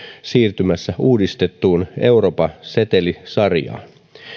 siirtymässä uudistettuun europa setelisarjaan